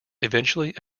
eventually